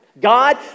God